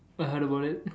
I heard about it